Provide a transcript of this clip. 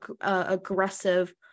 aggressive